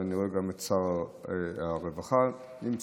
ואני רואה שגם שר הרווחה נמצא,